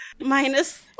Minus